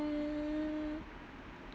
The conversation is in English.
mm